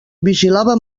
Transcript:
vigilava